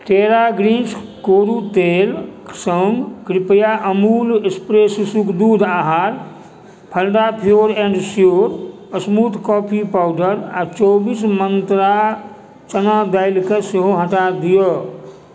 टेरा Greens कोरू तेलक सङ्ग कृपया अमूल स्प्रे शिशुक दूध आहार Phalada pure and sure smooth coffee powder आ चौबीस मन्त्रा चना दालिके सेहो हटा दिय